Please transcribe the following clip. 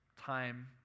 time